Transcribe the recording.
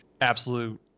absolute